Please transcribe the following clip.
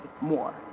more